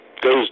goes